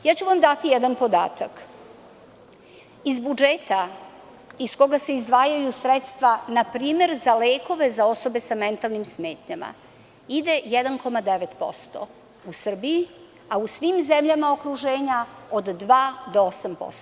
Daću vam jedan podatak – iz budžeta iz koga se izdvajaju sredstva npr. za lekove za osobe sa mentalnim smetnjama ide 1,9% u Srbiji, a u svim zemljama u okruženju od 2 do 8%